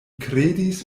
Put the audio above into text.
kredis